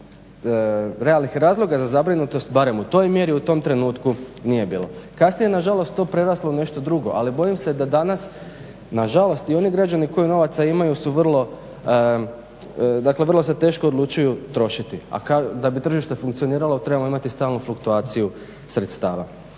kažem razloga za zabrinutost, barem u toj mjeri u tom trenutku nije bilo. Kasnije je nažalost to preraslo u nešto drugo. Ali bojim se da danas nažalost i oni građani koji novaca imaju su vrlo, dakle vrlo se teško odlučuju trošiti. A da bi tržište funkcioniralo trebamo imati stalnu fluktuaciju sredstava.